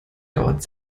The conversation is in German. dauert